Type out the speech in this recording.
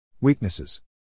Weaknesses